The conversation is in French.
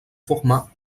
format